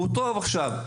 הוא טוב עכשיו.